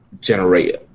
generate